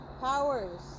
powers